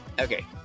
Okay